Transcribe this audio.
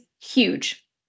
huge